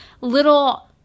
little